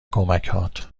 کمکهات